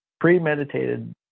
premeditated